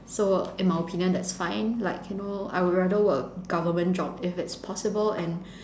so in my opinion that's fine like you know I would rather work a government job if it's possible and